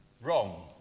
Wrong